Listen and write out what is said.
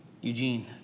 Eugene